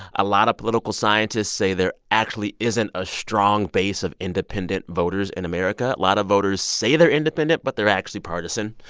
a lot of political scientists say there actually isn't a strong base of independent voters in america. a lot of voters say they're independent, but they're actually partisan.